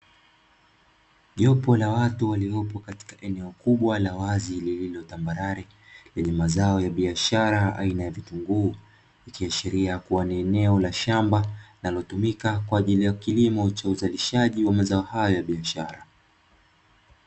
Jopo la watu waliopo katika eneo kubwa la wazi lililo tambarare; lenye mazao ya biashara aina ya vitunguu, ikiashiria kuwa ni eneo la shamba; linalotumika kwa ajili ya kilimo cha uzalishaji wa mazao hayo ya biashara.